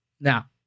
Now